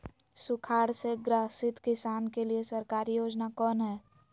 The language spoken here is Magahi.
सुखाड़ से ग्रसित किसान के लिए सरकारी योजना कौन हय?